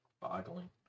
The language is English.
boggling